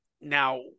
now